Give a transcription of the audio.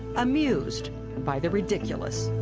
amused by the ridiculous.